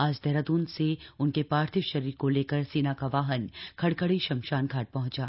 आज देहराद्रन से उनके पार्थिव शरीर को लेकर सेना का वाहन खड़खड़ी श्मशान घाट पहंचा